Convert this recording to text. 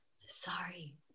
sorry